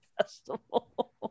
festival